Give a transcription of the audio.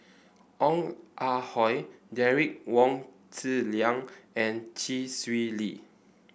Ong Ah Hoi Derek Wong Zi Liang and Chee Swee Lee